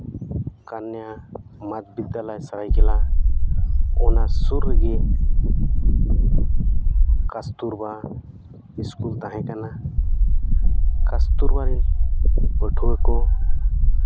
ᱠᱚᱱᱱᱟ ᱵᱤᱫᱽᱫᱟᱞᱚᱭ ᱥᱟᱹᱨᱟᱹᱭᱠᱮᱞᱞᱟ ᱚᱱᱟ ᱥᱩᱨ ᱨᱮᱜᱮ ᱠᱟᱥᱛᱩᱨᱵᱟ ᱥᱠᱩᱞ ᱛᱟᱦᱮᱸ ᱠᱟᱱᱟ ᱠᱟᱥᱛᱩᱨᱵᱟ ᱯᱟᱹᱴᱷᱩᱣᱟᱹ ᱠᱚ